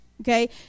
Okay